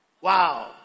Wow